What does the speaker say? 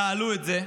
תעלו את זה.